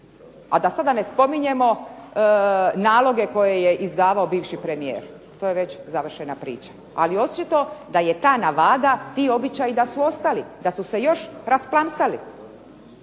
a da sada ne spominjemo naloge koje je izdavao bivši premijer. To je već završena priča. Ali očito da je ta navada, ti običaji da su ostali, da su se još rasplamsali.